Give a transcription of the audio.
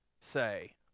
say